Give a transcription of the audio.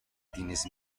tienes